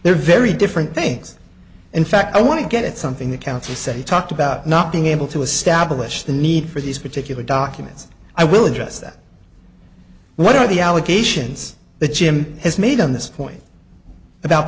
they're very different things in fact i want to get at something the council said he talked about not being able to establish the need for these particular documents i will address that what are the allegations that jim has made on this point about